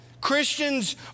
Christians